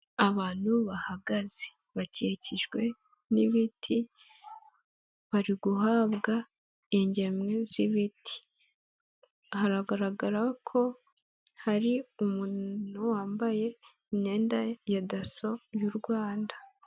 Abantu bahagaze, bakikijwe n'ibiti, bari guhabwa ingemwe z'ibiti. Hagaragara ko hari umuntu wambaye imyenda ya daso y'u Rwanda.